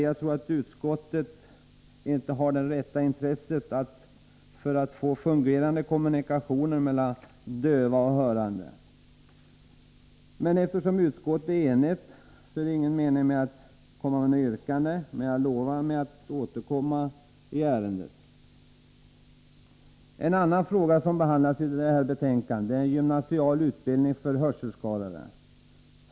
Jag tror att utskottet inte har det rätta intresset av att få fungerande kommunikationer mellan döva och hörande. Eftersom utskottet är enigt är det ingen mening med att komma med något yrkande, men jag lovar att återkomma i ärendet. En annan fråga som behandlas i detta betänkande är gymnasial utbildning för hörselskadade.